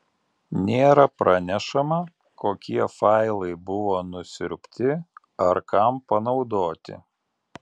nėra pranešama kokie failai buvo nusiurbti ar kam panaudoti